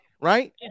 right